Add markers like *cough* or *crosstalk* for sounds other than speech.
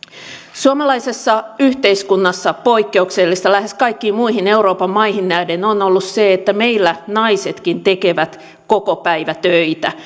suomalaisessa yhteiskunnassa poikkeuksellista lähes kaikkiin muihin euroopan maihin nähden on ollut se että meillä naisetkin tekevät kokopäivätöitä *unintelligible*